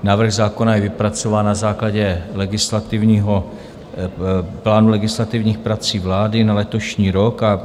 Návrh zákona je vypracován na základě legislativního plánu legislativních prací vlády na letošní rok.